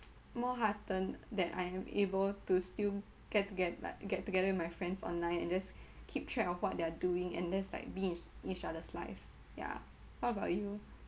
more heartened than I am able to still get to get like get together with my friends online and just keep track of what they are doing and that's like being in each others lives ya how about you